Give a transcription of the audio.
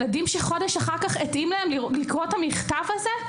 ילדים שחודש אחר כך התאים להם לקרוא את המכתב הזה,